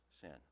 sin